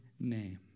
name